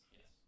Yes